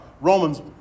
Romans